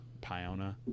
Piona